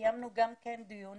קיימנו גם דיונים,